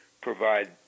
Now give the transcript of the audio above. provide